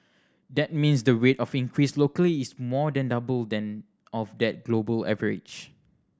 that means the rate of increase locally is more than double than of the global average